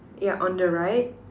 yeah on the right